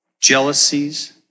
jealousies